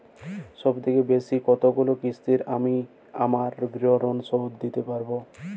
সবথেকে বেশী কতগুলো কিস্তিতে আমি আমার গৃহলোন শোধ দিতে পারব?